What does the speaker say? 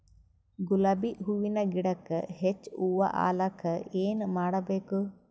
ಗುಲಾಬಿ ಹೂವಿನ ಗಿಡಕ್ಕ ಹೆಚ್ಚ ಹೂವಾ ಆಲಕ ಏನ ಮಾಡಬೇಕು?